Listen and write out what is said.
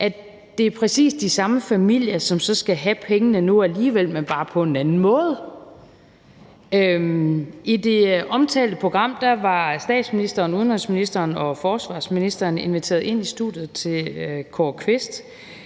at det er præcis de samme familier, som så skal have pengene nu alligevel, men bare på en anden måde. I det omtalte program var statsministeren, udenrigsministeren og forsvarsministeren inviteret ind i studiet til Kåre Quist,